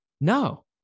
no